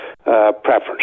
Preference